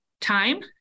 Time